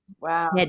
Wow